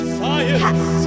science